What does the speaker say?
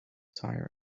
tired